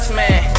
man